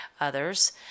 others